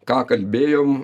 ką kalbėjom